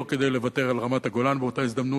לא כדי לוותר על רמת-הגולן באותה הזדמנות,